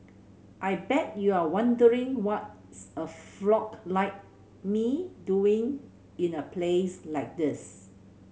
I bet you're wondering what is a frog like me doing in a place like this